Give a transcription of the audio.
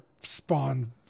Spawn